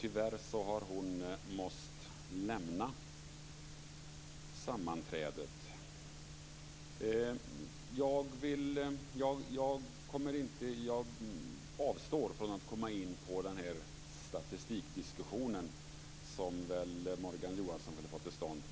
Tyvärr har hon måst lämna sammanträdet. Jag avstår från att komma in på den statistikdiskussion som Morgan Johansson ville få till stånd.